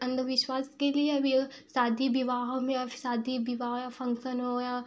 अंधविश्वास के लिए अभी वो शादी विवाहों में अब शादी विवाह फंक्शन हो या